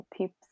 tips